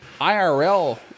IRL